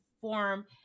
form